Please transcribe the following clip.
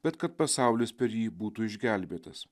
bet kad pasaulis per jį būtų išgelbėtas